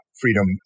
freedom